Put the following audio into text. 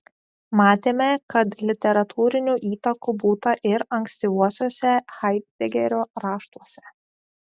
matėme kad literatūrinių įtakų būta ir ankstyvuosiuose haidegerio raštuose